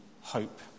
hope